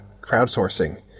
crowdsourcing